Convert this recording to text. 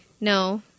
No